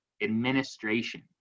administration